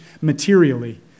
materially